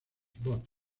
bot